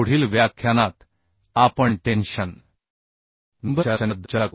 पुढील व्याख्यानात आपण टेन्शन मेंबर च्या रचनेबद्दल चर्चा करू